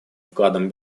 вкладом